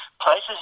places